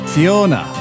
Fiona